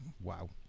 Wow